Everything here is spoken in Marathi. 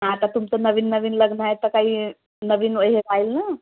हां आता तुमचं नवीन नवीन लग्न आहे तर काही नवीन हे राहील ना